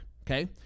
okay